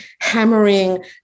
hammering